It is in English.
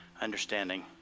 understanding